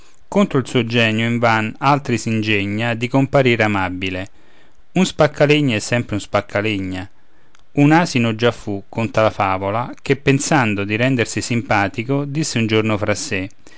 contro il suo genio invan altri s'ingegna di comparir amabile un spaccalegna è sempre un spaccalegna un asino già fu conta la favola che pensando di rendersi simpatico disse un giorno fra sé